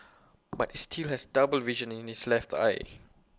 but he still has double vision in his left eye